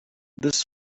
this